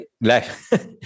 life